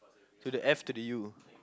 to the F to the U